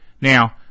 now